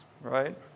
right